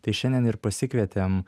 tai šiandien ir pasikvietėm